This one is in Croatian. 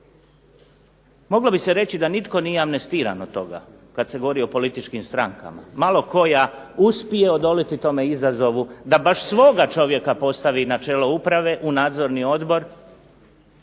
Moglo bi se reći da nitko nije amnestiran od toga, kad se govori o političkim strankama, malo koja uspije odoliti tome izazovu da baš svoga čovjeka postavi na čelu uprave, u nadzorni odbor